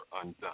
undone